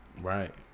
Right